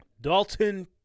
Dalton